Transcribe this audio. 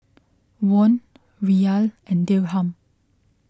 Won Riyal and Dirham